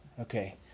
Okay